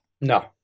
No